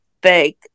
big